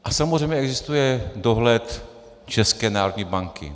A samozřejmě existuje dohled České národní banky.